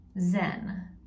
zen